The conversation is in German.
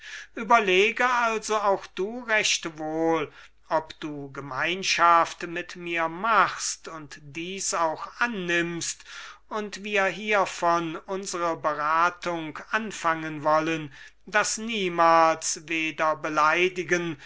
überlege also auch du recht wohl ob du gemeinschaft mit mir machst und dies auch annimmst und wir hiervon unsere beratung anfangen wollen daß niemals weder beleidigen